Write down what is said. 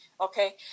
Okay